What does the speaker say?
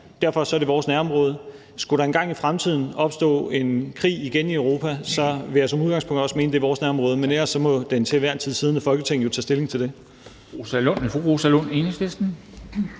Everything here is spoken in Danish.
det er så vores nærområde. Skulle der en gang i fremtiden opstå en krig i Europa igen, vil jeg som udgangspunkt også mene, at det er vores nærområde, men ellers må det til enhver tid siddende Folketing jo tage stilling til det.